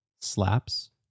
slaps